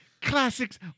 classics